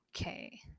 Okay